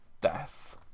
death